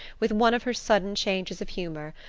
with one of her sudden changes of humour,